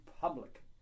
public